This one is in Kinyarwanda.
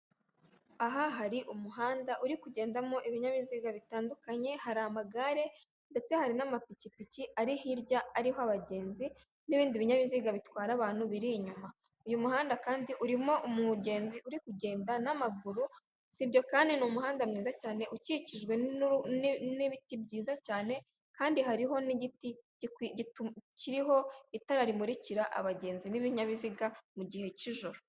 Aha hari umuhanda uri kugendamo ibinyabiziga bitandukanye, hari amagare ndetse hari n'amapikipiki ari hirya ariho abagenzi, n'ibindi binyabiziga bitwara abantu biri inyuma. Uyu muhanda kandi urimo umugenzi uri kugenda n'amaguru, sibyo kandi ni umuhanda mwiza cyane ukikijwe n'ibiti byiza cyane, kandi hariho n'igiti kiriho itara rimurikira abagenzi n'ibinyabiziga mu gihe cy'ijoro.